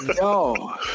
No